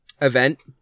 event